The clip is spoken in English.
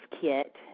kit